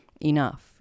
enough